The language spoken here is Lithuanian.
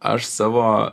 aš savo